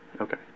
Okay